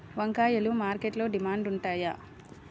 వంకాయలు మార్కెట్లో డిమాండ్ ఉంటాయా?